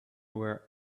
were